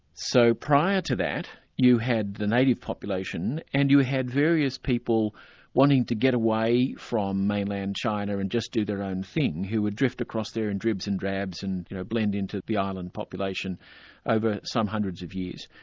so prior to that you had the native population and you had various people wanting to get away from mainland china and just do their own thing, who would drift across there in dribs and drabs and you know blend in to the island population over some hundreds of years.